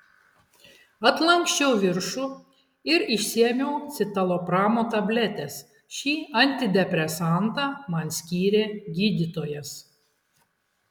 atlanksčiau viršų ir išsiėmiau citalopramo tabletes šį antidepresantą man skyrė gydytojas